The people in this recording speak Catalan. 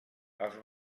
els